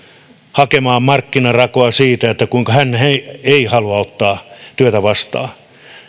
hakemaan markkinarakoa siitä kuinka hän ei halua ottaa työtä vastaan